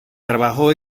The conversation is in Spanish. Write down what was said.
trabajó